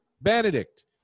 Benedict